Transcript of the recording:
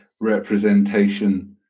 representation